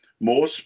more